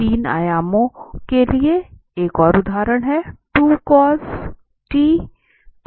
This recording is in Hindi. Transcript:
3 आयामों के लिए एक और उदाहरण है